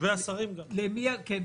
שמסבירים לנו למה צריך שזה יהיה ככה,